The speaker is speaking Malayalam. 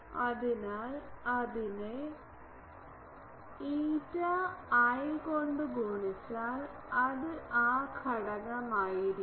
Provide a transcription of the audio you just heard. അതിനാൽ അതിനെ ηi കൊണ്ട് ഗുണിച്ചാൽ അത് ആ ഘട്ടമായിരിക്കും